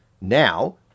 Now